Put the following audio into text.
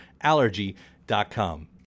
allergy.com